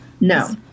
No